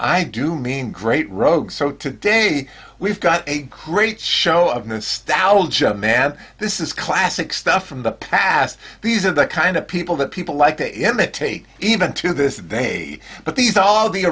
i do mean great rogues so today we've got a great show and stout old man this is classic stuff from the past these are the kind of people that people like to imitate even to this day but these are all the